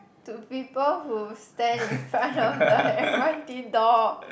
to people who stand in front of the M_R_T door